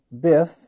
Biff